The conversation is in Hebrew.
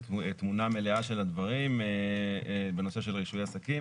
תמונה מלאה של הדברים בנושא של רישוי עסקים.